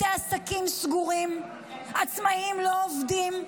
בתי עסקים סגורים, עצמאים לא עובדים,